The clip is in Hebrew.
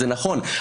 זה נכון,